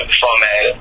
format